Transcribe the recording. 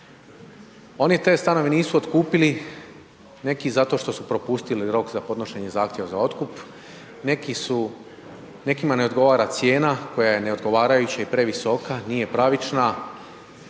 Oni te stanove nisu otkupili neki zato što su propustili rok za podnošenje zahtjeva za otkup, nekima ne odgovara cijena koja je neodgovarajuća i previsoka, nije pravična,